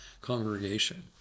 congregation